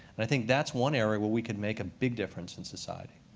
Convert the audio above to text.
and i think that's one area where we could make a big difference in society.